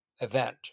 event